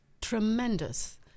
tremendous